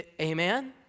Amen